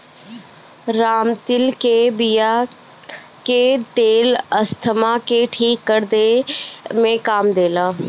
रामतिल के बिया के तेल अस्थमा के ठीक करे में काम देला